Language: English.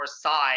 side